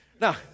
Now